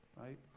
right